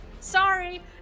sorry